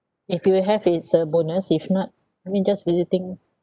if you have it's a bonus if not I mean just visiting